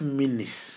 minutes